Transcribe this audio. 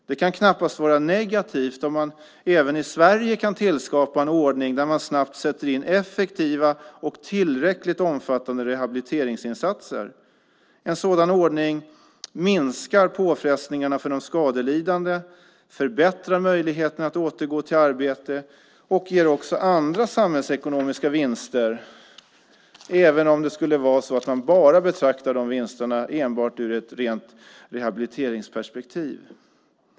Det kan knappast vara negativt om man även i Sverige kan tillskapa en ordning där man snabbt sätter in effektiva och tillräckligt omfattande rehabiliteringsinsatser. En sådan ordning minskar påfrestningarna för de skadelidande, förbättrar möjligheten att återgå till arbete och ger också andra samhällsekonomiska vinster, även om man betraktar de vinsterna ur ett rent rehabiliteringsperspektiv.